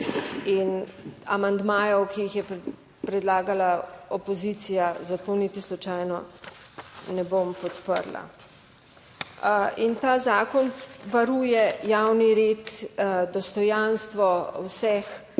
In amandmajev, ki jih je predlagala opozicija, zato niti slučajno ne bom podprla. In ta zakon varuje javni red, dostojanstvo vseh